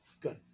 Good